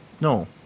No